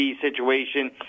situation